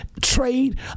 trade